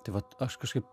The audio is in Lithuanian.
tai vat aš kažkaip